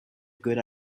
good